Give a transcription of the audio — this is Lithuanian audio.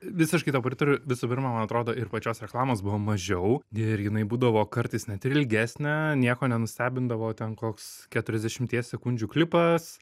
visiškai tau pritariu visų pirma man atrodo ir pačios reklamos buvo mažiau ir jinai būdavo kartais net ir ilgesnė nieko nenustebindavo ten koks keturiasdešimties sekundžių klipas